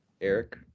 Eric